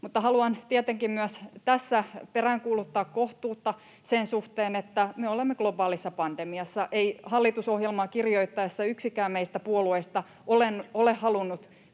haluan tietenkin myös tässä peräänkuuluttaa kohtuutta sen suhteen, että me olemme globaalissa pandemiassa. Ei hallitusohjelmaa kirjoitettaessa yksikään meistä puolueista ole halunnut